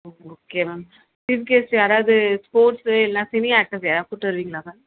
ஓ okay ma'am chief guest யாராவது sports இல்லைன்னா cine actress யாரையாது கூட்டி வருவீங்களா மேம்